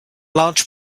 large